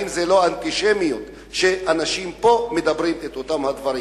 והאם זו לא אנטישמיות שאנשים פה מדברים את אותם הדברים?